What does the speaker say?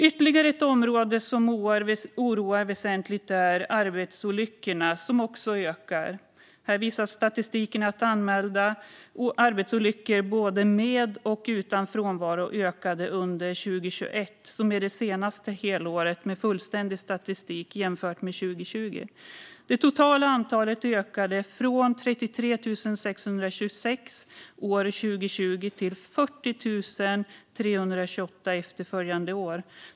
Ytterligare ett faktum som oroar väsentligt är att arbetsolyckorna ökar. Statistiken visar att antalet anmälda arbetsolyckor, både med och utan frånvaro, ökade under 2021, som är det senaste helåret med fullständig statistik, jämfört med 2020. Det totala antalet ökade från 33 626 år 2020 till 40 328 efterföljande år.